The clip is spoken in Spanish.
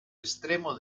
extremo